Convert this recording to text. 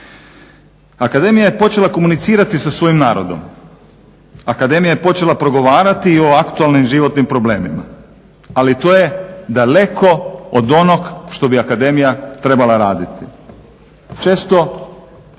Akademija je počela komunicirati sa svojim narodom, akademija je počela progovarati i o aktualnim životnim problemima, ali to je daleko od onog što bi akademija trebala raditi. Često